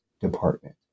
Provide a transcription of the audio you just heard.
Department